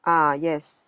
ah yes